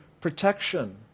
protection